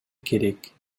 керек